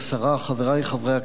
חברי חברי הכנסת,